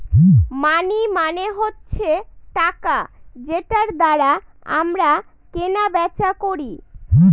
মানি মানে হচ্ছে টাকা যেটার দ্বারা আমরা কেনা বেচা করি